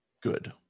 good